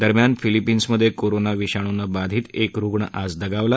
दरम्यान फिलिपीन्समध्ये कोरोना विषाणूनं बाधित एक रुग्ण आज दगावला